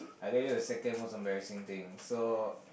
I tell you the second most embarrassing thing so